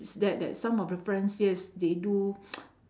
that that some of your friends yes they do